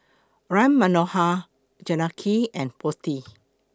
Ram Manohar Janaki and Potti